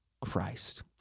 Christ